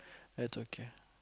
it's okay